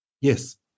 Yes